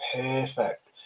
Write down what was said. perfect